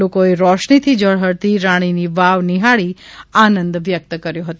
લોકોએ રોશનીથી ઝળ રાણીનીવાવ નિહાળી આનંદ વ્યક્ત કર્યો હતો